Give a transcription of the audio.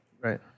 Right